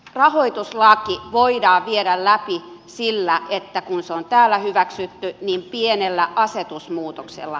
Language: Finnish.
rahoituslaki voidaan viedä läpi kun se on täällä hyväksytty pienellä asetusmuutoksella